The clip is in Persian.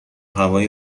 هوای